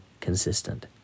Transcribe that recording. consistent